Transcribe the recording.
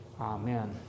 Amen